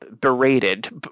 berated